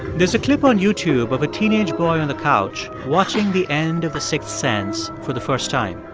there's a clip on youtube of a teenage boy on the couch watching the end of the sixth sense for the first time.